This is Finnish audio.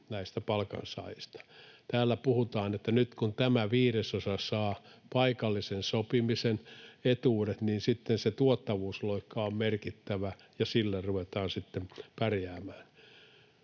näistä palkansaajista. Täällä puhutaan, että nyt, kun tämä viidesosa saa paikallisen sopimisen etuudet, niin sitten se tuottavuusloikka on merkittävä ja sillä ruvetaan sitten pärjäämään.